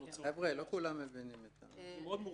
זה מאוד מורכב.